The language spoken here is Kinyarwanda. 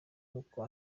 kuko